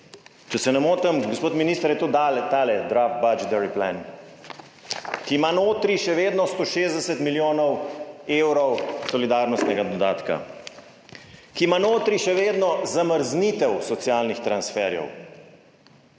Če se ne motim, gospod minister, je to tale / pokaže zboru/ draft budgetary plan, ki ima notri še vedno 160 milijonov evrov solidarnostnega dodatka, ki ima notri še vedno zamrznitev socialnih transferjev